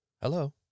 Hello